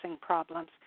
problems